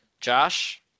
Josh